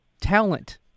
talent